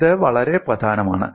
ഇത് വളരെ പ്രധാനമാണ്